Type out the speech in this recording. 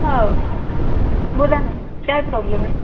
हो बोला ना काय प्रॉब्लेम आहे